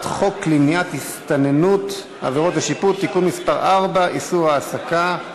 חוק למניעת הסתננות (עבירות ושיפוט) (תיקון מס' 4) (איסור העסקה),